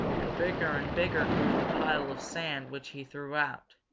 and bigger and bigger grew the pile of sand which he threw out.